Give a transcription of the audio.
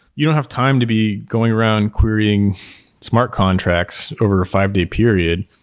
you don't have time to be going around querying smart contracts over a five-day period.